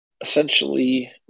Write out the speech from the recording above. essentially